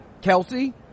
Kelsey